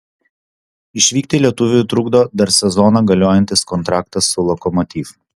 išvykti lietuviui trukdo dar sezoną galiojantis kontraktas su lokomotiv